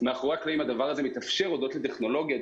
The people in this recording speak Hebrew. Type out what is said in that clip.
מאחורי הקלעים זה מתאפשר הודות לטכנולוגיה.